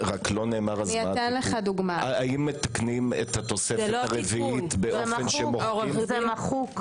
נאמר, האם מתקנים את התוספת הרביעית- -- זה מחוק.